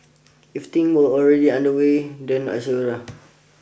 if things were already underway then I say